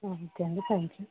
okay అండి thank you